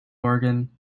organ